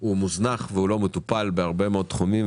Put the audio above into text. הוא מוזנח ולא מטופל בהרבה מאוד תחומים.